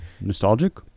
Nostalgic